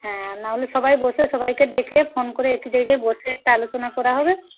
হ্যাঁ না হলে সবাই বসে সবাইকে ডেকে ফোন করে ডেকে বসে একটা আলোচনা করা হবে